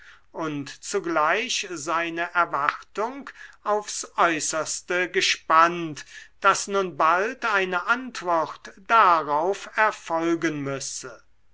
und zugleich seine erwartung aufs äußerste gespannt daß nun bald eine antwort darauf erfolgen müsse